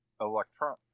Electron